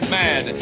mad